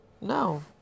no